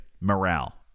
morale